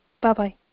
Bye-bye